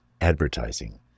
advertising